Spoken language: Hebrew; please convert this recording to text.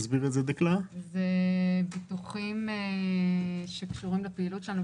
אלה ביטוחים שקשורים לפעילות שלנו.